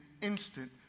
instant